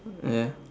ya